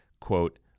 quote